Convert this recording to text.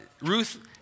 Ruth